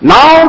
Now